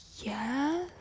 Yes